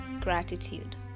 gratitude